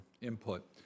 input